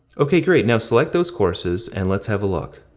ok great now select those courses, and let's have a look.